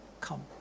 come